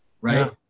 right